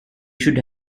should